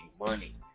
money